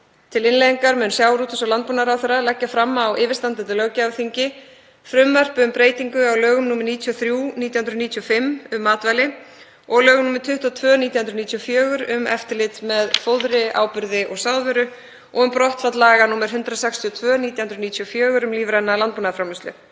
Til innleiðingar mun sjávarútvegs- og landbúnaðarráðherra leggja fram á yfirstandandi löggjafarþingi frumvarp um breytingu á lögum nr. 93/1995, um matvæli, og lögum nr. 22/1994, um eftirlit með fóðri, áburði og sáðvöru, og um brottfall laga nr. 162/1994, um lífræna landbúnaðarframleiðslu.